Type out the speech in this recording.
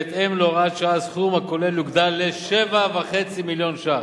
בהתאם להוראת השעה הסכום הכולל יוגדל ל-7.5 מיליון ש"ח.